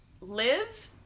live